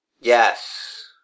Yes